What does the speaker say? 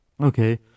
okay